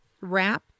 Wrap